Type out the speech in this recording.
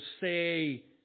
say